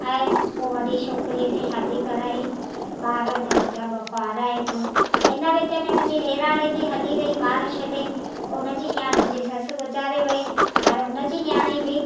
ऐं पोइ वॾा छोकरी खे शादी कराई ॿार अञा मुंहिंजा ॿ कुंवारा आहिनि इन विच में मुंहिंजी ॾेराणी बि हली वई ॿार छॾे उन जी न्याणी मुंहिंजी ससु गुज़ारे वई हाणे उन जी न्याणी बि